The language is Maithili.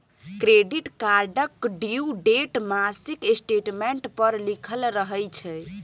क्रेडिट कार्डक ड्यु डेट मासिक स्टेटमेंट पर लिखल रहय छै